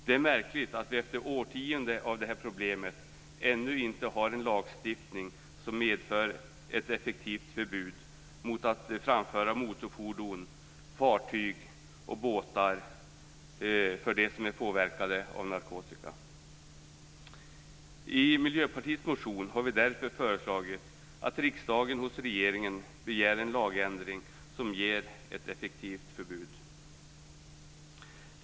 Det är märkligt att vi efter årtionden med det här problemet ännu inte har en lagstiftning som medför ett effektivt förbud mot att framföra motorfordon, fartyg och båtar påverkad av narkotika. Miljöpartiet har därför i sin motion föreslagit att riksdagen hos regeringen begär en lagändring som ger ett effektivt förbud.